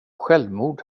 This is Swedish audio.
självmord